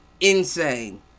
insane